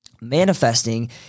manifesting